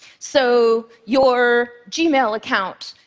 so your gmail account,